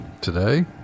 today